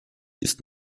ist